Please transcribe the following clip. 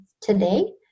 today